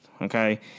okay